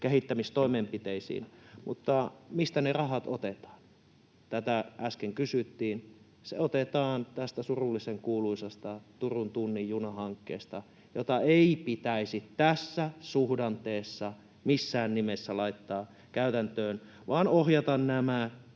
kehittämistoimenpiteisiin. Mutta mistä ne rahat otetaan? Tätä äsken kysyttiin. Ne otetaan tästä surullisen kuuluisasta Turun tunnin juna ‑hankkeesta, jota ei pitäisi tässä suhdanteessa missään nimessä laittaa käytäntöön, vaan ohjata nämä